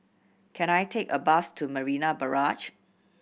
can I take a bus to Marina Barrage